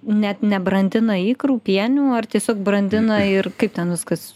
net nebrandina ikrų pienių ar tiesiog brandina ir kaip ten viskas